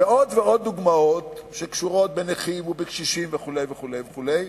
ועוד ועוד דוגמאות שקשורות בנכים ובקשישים וכו' וכו' וכו'.